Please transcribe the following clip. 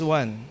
one